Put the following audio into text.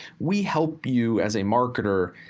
we help you as a marketer,